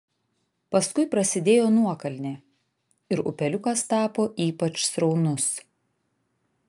paskui prasidėjo nuokalnė ir upeliukas tapo ypač sraunus